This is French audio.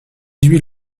huit